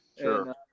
Sure